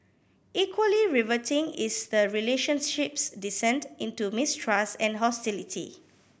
equally riveting is the relationship's descent into mistrust and hostility